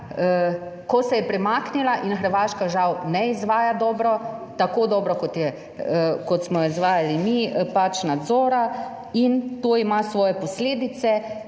ko se je premaknila, in Hrvaška žal ne izvaja dobro tako dobro kot smo izvajali mi pač nadzora in to ima svoje posledice,